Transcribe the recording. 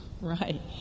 right